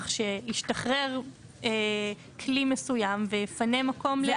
שישתחרר כלי מסוים ויפנה מקום לאדם אחר.